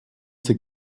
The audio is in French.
ses